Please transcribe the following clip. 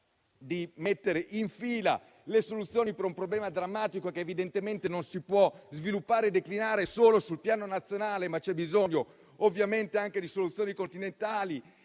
di mettere in fila le soluzioni per un problema drammatico, che evidentemente non si può sviluppare e declinare solo sul piano nazionale, ma ha bisogno, ovviamente, anche di soluzioni continentali.